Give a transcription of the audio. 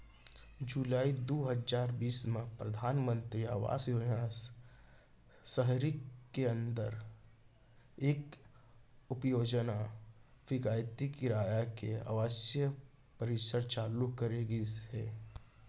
जुलाई दू हजार बीस म परधानमंतरी आवास योजना सहरी के अंदर एक उपयोजना किफायती किराया के आवासीय परिसर चालू करे गिस हे